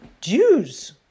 Jews